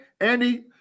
Andy